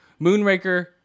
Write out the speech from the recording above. moonraker